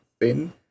thin